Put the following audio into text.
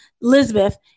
Elizabeth